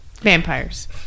Vampires